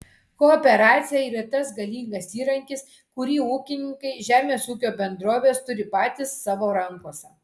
kooperacija yra tas galingas įrankis kurį ūkininkai žemės ūkio bendrovės turi patys savo rankose